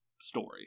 story